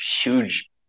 huge